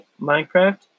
Minecraft